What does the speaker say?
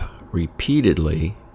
repeatedly